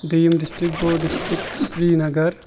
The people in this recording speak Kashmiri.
دوٚیِم ڈِسٹرک گوٚو ڈِسٹرک سری نگر